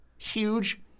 Huge